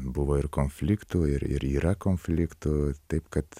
buvo ir konfliktų ir ir yra konfliktų taip kad